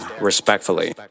respectfully